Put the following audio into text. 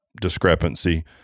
discrepancy